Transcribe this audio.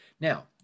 Now